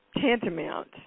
tantamount